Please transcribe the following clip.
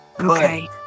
Okay